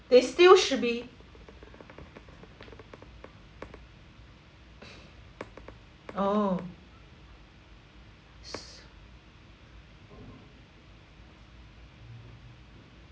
they still should be oh